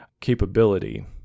capability